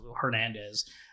Hernandez